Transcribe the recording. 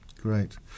Great